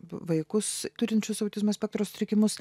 vaikus turinčius autizmo spektro sutrikimus